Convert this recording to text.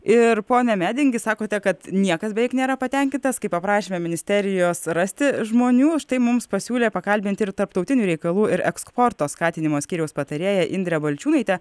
ir pone medingi sakote kad niekas beveik nėra patenkintas kai paprašėme ministerijos rasti žmonių štai mums pasiūlė pakalbinti ir tarptautinių reikalų ir eksporto skatinimo skyriaus patarėją indrę balčiūnaitę